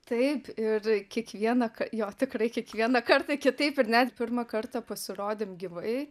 taip ir kiekvieną ka jo tikrai kiekvieną kartą kitaip ir net pirmą kartą pasirodėm gyvai